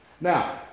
Now